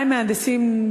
200 מהנדסים,